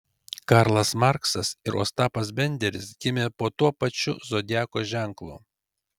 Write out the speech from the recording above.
karlas marksas ir ostapas benderis gimė po tuo pačiu zodiako ženklu